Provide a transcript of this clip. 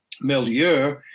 milieu